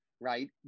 right